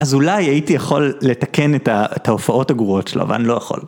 אז אולי הייתי יכול לתקן את ההופעות הגרועות שלו, אבל אני לא יכול.